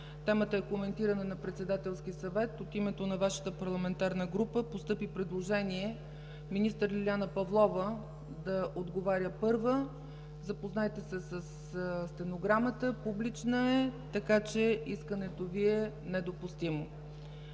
Темата е коментирана на Председателски съвет. От името на Вашата парламентарна група постъпи предложение министър Лиляна Павлова да отговаря първа. Запознайте се със стенограмата, публична е, така че искането Ви е недопустимо.